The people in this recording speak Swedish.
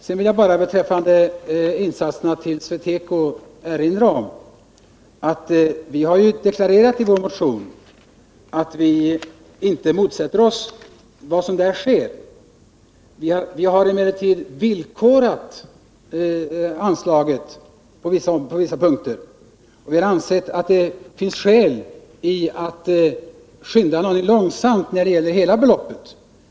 Sedan vill jag bara beträffande insatserna för SweTeco erinra om att vi har deklarerat i vår motion att vi inte motsätter oss vad som sker. Vi har emellertid villkorat anslaget på vissa punkter, och vi har ansett att det finns skäl att skynda långsamt när det gäller hela beloppet.